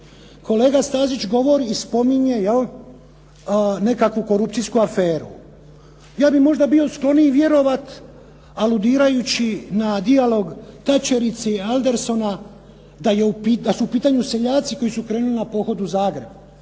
Kolega Stazić govori i spominje, je li, nekakvu korupcijsku aferu. Ja bih možda bio skloniji vjerovati aludirajući na dijalog Tacherice i Aldersona da su u pitanju seljaci koji su krenuli na pohodu u Zagreb.